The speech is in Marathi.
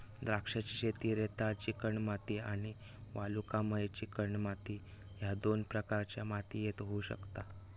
द्राक्षांची शेती रेताळ चिकणमाती आणि वालुकामय चिकणमाती ह्य दोन प्रकारच्या मातीयेत होऊ शकता